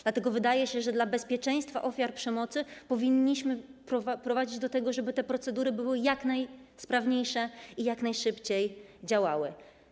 Dlatego wydaje się, że dla bezpieczeństwa ofiar przemocy powinniśmy doprowadzić do tego, żeby te procedury były jak najsprawniejsze i jak najszybciej działały.